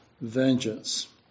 vengeance